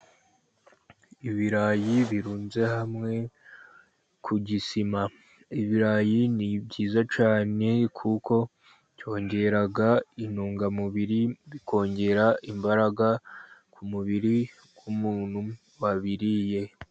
Ibirayi birunze hamwe ku gisima. Ibirayi ni byiza cyane kuko byongera intungamubiri, bikongera imbaraga ku mubiri w'umuntu wabiriye.